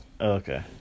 Okay